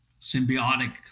symbiotic